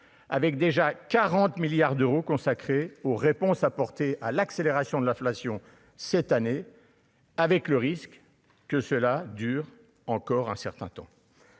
avec déjà 40 milliards d'euros consacré aux réponses apportées à l'accélération de l'inflation cette année avec le risque que cela dure encore un certain temps.